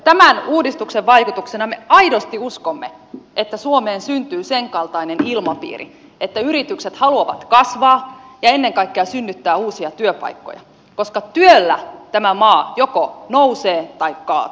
tämän uudistuksen vaikutuksena me aidosti uskomme että suomeen syntyy sen kaltainen ilmapiiri että yritykset haluavat kasvaa ja ennen kaikkea synnyttää uusia työpaikkoja koska työllä tämä maa joko nousee tai kaatuu